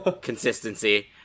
consistency